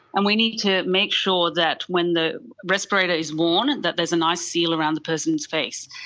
and we need to make sure that when the respirator is worn that there is a nice seal around the person's face,